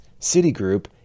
Citigroup